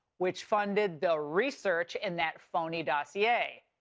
which funded the research in that phony dossier.